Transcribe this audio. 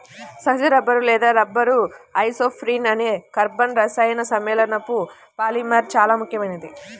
సహజ రబ్బరు లేదా rubber isoprene అనే కర్బన రసాయన సమ్మేళనపు పాలిమర్ చాలా ముఖ్యమైనది